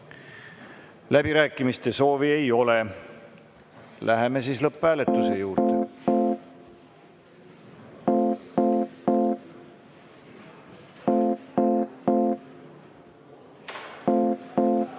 Läbirääkimiste soovi ei ole. Läheme siis lõpphääletuse juurde.